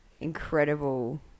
incredible